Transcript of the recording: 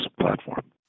platform